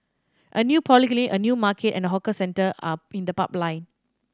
a new polyclinic a new market and hawker centre are in the pipeline